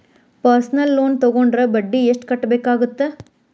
personal loan ತೊಗೊಂಡ್ರ ಬಡ್ಡಿ ಎಷ್ಟ್ ಕಟ್ಟಬೇಕಾಗತ್ತಾ